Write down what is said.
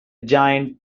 giant